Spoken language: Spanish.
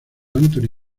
anthony